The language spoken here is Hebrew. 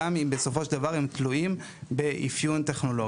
גם אם הם בסופו של דבר תלויים באפיון טכנולוגי.